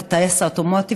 את הטייס האוטומטי,